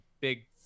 big